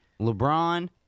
LeBron